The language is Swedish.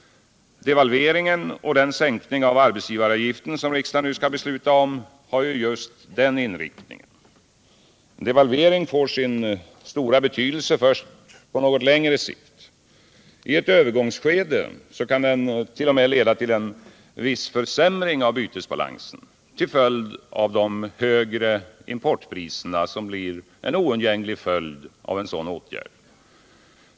Devalveringen och den sänkning av arbetsgivaravgiften som riksdagen nu skall besluta om har just den inriktningen. En devalvering får sin stora betydelse först på något längre sikt. I ett övergångsskede kan den t.o.m. leda till en viss försämring av bytesbalansen till följd av de högre importpriser som blir en oundgänglig följd av en sådan åtgärd.